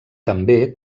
també